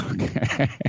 Okay